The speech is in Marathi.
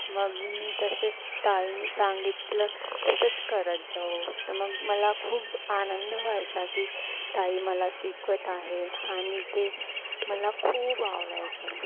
मग मी तसेंच ताईनी सांगितलं तसंच करत जाऊ तर मग मला खूप आनंद व्हायचा की ताई मला शिकवत आहे आणि ते मला खूप आवडायचं